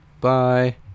Bye